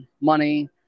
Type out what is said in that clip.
money